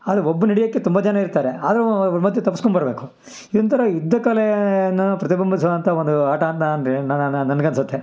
ಆದರೆ ಒಬ್ಬನ್ನ ಹಿಡಿಯೋಕ್ಕೆ ತುಂಬ ಜನ ಇರ್ತಾರೆ ಆದರೂ ಮಧ್ಯೆ ತಪ್ಪಿಸ್ಕೊಂಬರ್ಬೇಕು ಇದೊಂಥರ ಯುದ್ದ ಕಲೆ ಪ್ರತಿಬಿಂಬಿಸುವಂಥ ಒಂದು ಆಟ ಅಂತ ಅಂದರೆ ನನ್ಗನಿಸುತ್ತೆ